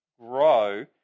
grow